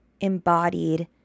embodied